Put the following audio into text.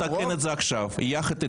אנחנו נתקן את זה עכשיו, יחד איתכם.